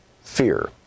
Fear